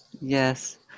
yes